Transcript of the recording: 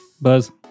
Buzz